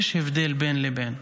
יש הבדל בין לבין,